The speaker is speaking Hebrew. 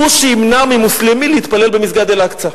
הוא שימנע ממוסלמי להתפלל במסגד אל-אקצא.